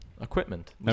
equipment